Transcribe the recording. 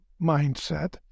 mindset